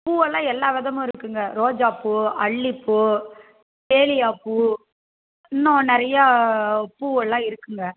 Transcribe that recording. பூவெல்லாம் எல்லா விதமும் இருக்குதுங்க ரோஜாப்பூ அல்லிப்பூ டேலியாப்பூ இன்னும் நிறையா பூவெல்லாம் இருக்குதுங்க